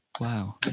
Wow